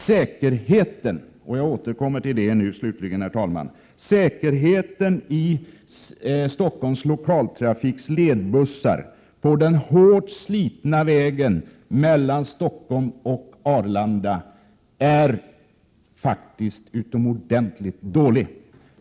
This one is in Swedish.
Säkerheten — jag återkommer till den aspekten — i Stockholms Lokaltrafiks ledbussar på den hårt slitna vägen mellan Stockholm och Arlanda är faktiskt utomordentligt dålig.